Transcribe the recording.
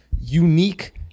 unique